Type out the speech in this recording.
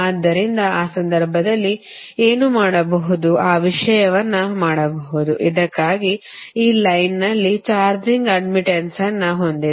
ಆದ್ದರಿಂದ ಆ ಸಂದರ್ಭದಲ್ಲಿ ಏನು ಮಾಡಬಹುದು ಈ ವಿಷಯವನ್ನು ಮಾಡಬಹುದು ಇದಕ್ಕಾಗಿ ಈ ಲೈನ್ನಲ್ಲಿ ಚಾರ್ಜಿಂಗ್ ಅಡ್ದ್ಮಿಟ್ಟನ್ಸ್ ಅನ್ನು ಹೊಂದಿದೆ